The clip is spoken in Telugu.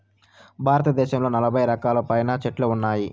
భారతదేశంలో నలబై రకాలకు పైనే చెట్లు ఉన్నాయి